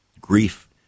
Grief